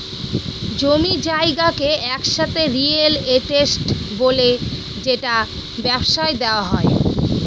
জমি জায়গাকে একসাথে রিয়েল এস্টেট বলে যেটা ব্যবসায় দেওয়া হয়